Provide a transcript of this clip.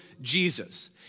Jesus